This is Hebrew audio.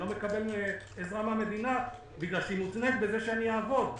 איני מקבל עזרה מהמדינה כי היא מותנית בזה שאעבוד.